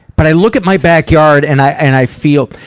but i look at my back yard, and i feel,